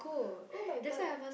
!oh-my-God!